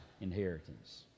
inheritance